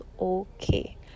okay